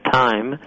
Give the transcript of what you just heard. time